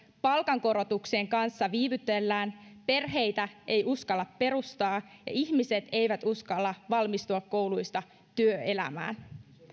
palkankorotuksen kanssa viivytellään perheitä ei uskalleta perustaa ja ihmiset eivät uskalla valmistua kouluista työelämään